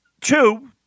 Two